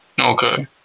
Okay